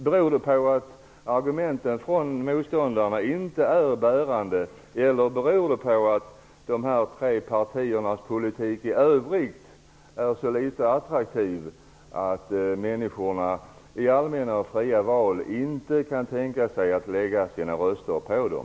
Beror det på att argumenten från motståndarna inte är bärande eller beror det på att dessa tre partiers politik i övrigt är så litet attraktiv, att människorna i allmänna och fria val inte kan tänka sig att lägga sina röster på dem?